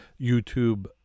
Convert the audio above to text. YouTube